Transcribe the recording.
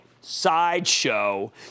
sideshow